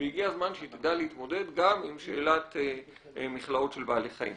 והגיע הזמן שהיא תדע להתמודד גם עם שאלת מכלאות של בעלי חיים.